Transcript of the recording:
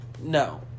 no